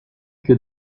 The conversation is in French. que